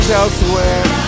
elsewhere